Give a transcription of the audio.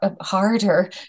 harder